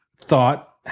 thought